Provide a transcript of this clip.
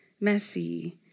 messy